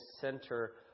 center